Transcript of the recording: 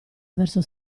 verso